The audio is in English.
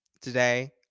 Today